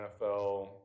nfl